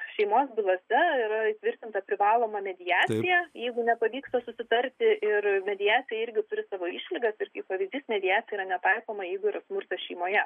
šeimos bylose yra įtvirtinta privaloma mediacija jeigu nepavyksta susitarti ir mediacija irgi turi savo išlygas ir kaip pavyzdys mediacija yra netaikoma jeigu yra smurtas šeimoje